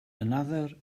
another